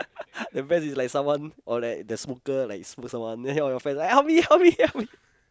the best is like someone or like the smoker like smoke someone then all your friends like help me help me help me